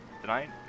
tonight